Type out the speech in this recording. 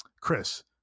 Chris